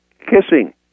kissing